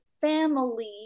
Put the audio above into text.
family